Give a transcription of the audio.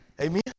Amen